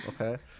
okay